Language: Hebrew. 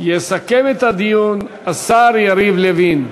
יסכם את הדיון השר יריב לוין.